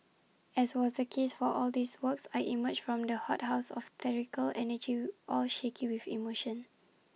as was the case for all these works I emerged from the hothouse of theatrical energy all shaky with emotion